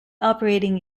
operating